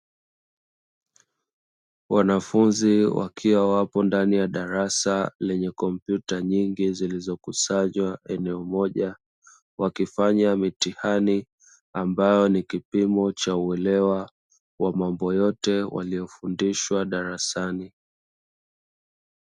Wanafunzi wakiwa wapo ndani ya darasa, lenye kompyuta nyingi zilizokusanywa eneo moja; wakifanya mitihani ambayo ni kipimo cha uelewa wa mambo yote waliyofundishwa darasani.